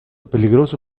peligroso